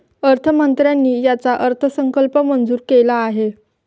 अर्थमंत्र्यांनी याचा अर्थसंकल्प मंजूर केला आहे